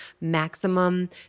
maximum